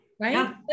Right